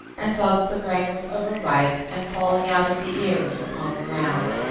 and saw that the grain was overripe and falling out of the ears upon the ground.